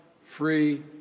free